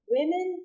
Women